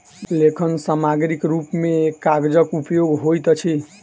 लेखन सामग्रीक रूप मे कागजक उपयोग होइत अछि